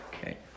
Okay